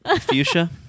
Fuchsia